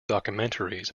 documentaries